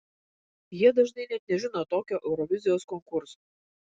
jie dažnai net nežino tokio eurovizijos konkurso